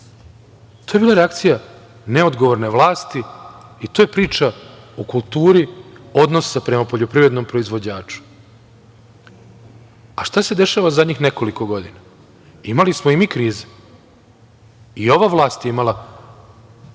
To je bila reakcija neodgovorne vlasti i to je priča o kulturi odnosa prema poljoprivrednom proizvođaču. Šta se dešava zadnjih nekoliko godina? Imali smo i mi krize, i ova vlast je imala